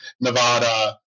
Nevada